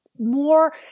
more